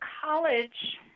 college